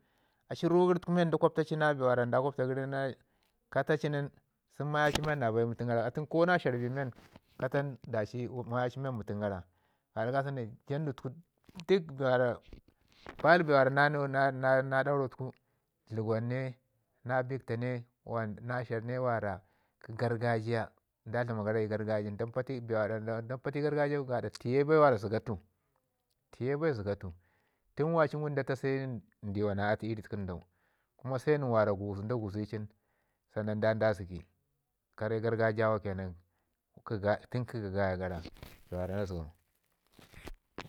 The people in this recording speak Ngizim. a ci rugəri nda gwapta ci na bee nda gwapta gərim ka taa ci nin sun maya ci men na bai mutun gara, ko na sharr bi men katan maya ci na bai mutun yara. Gaɗa kasau ne duk baal bee wara na daurau tuku dləgwan ne bik taa ne wanda na sharr ne ware kə gargajiya nda dlama gara ii gargajiya. Nda mpa tu ii gargajiya gaɗa tike bai ne zəga tu. Tike ba zəga tu, tun wali ngum ndawa na atu ii ri tukundau kuma se nən wara gugzu nda gugzi li nin da zəgi kare gargajiya ke nan tun kə ga gaya bee wara na zəgau.